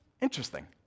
Interesting